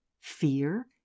fear